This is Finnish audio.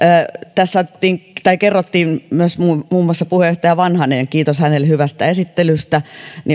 tässä myös muun muun muassa puheenjohtaja vanhanen kiitos hänelle hyvästä esittelystä